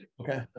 Okay